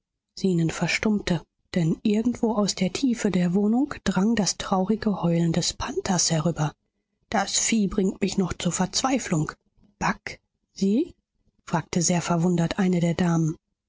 zenon verstummte denn irgendwo aus der tiefe der wohnung drang das traurige heulen des panthers herüber dies vieh bringt mich noch zur verzweiflung bagh sie fragte sehr verwundert eine der damen